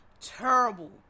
terrible